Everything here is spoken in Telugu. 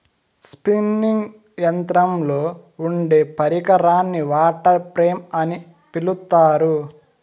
స్పిన్నింగ్ యంత్రంలో ఉండే పరికరాన్ని వాటర్ ఫ్రేమ్ అని పిలుత్తారు